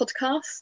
podcast